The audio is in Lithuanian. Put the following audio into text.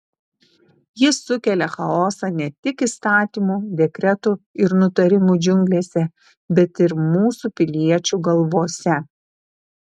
jis sukelia chaosą ne tik įstatymų dekretų ir nutarimų džiunglėse bet ir mūsų piliečių galvose